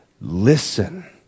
listen